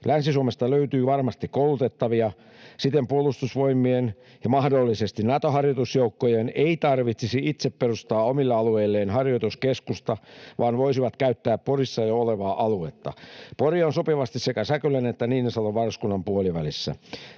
Länsi-Suomesta löytyy varmasti koulutettavia. Siten Puolustusvoimien ja mahdollisesti Nato-harjoitusjoukkojen ei tarvitsisi itse perustaa omille alueilleen harjoituskeskusta, vaan ne voisivat käyttää Porissa jo olevaa aluetta. Pori on sopivasti sekä Säkylän että Niinisalon varuskunnan puolivälissä.